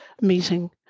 meeting